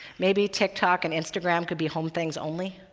maybe tiktok and instagram could be home things only?